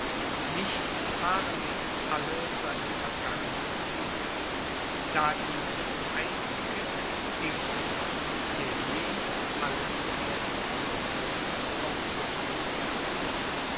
nichts waren jetzt alle seine vergangenen siege da ihm der einzige entging der jenen allen erst die krone aufsetzen sollte